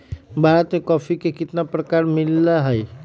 भारत में कॉफी के कितना प्रकार मिला हई?